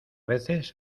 veces